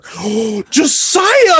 Josiah